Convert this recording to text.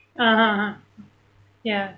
(uh huh) ya